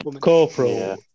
Corporal